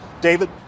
David